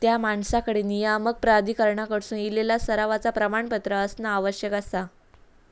त्या माणसाकडे नियामक प्राधिकरणाकडसून इलेला सरावाचा प्रमाणपत्र असणा आवश्यक आसा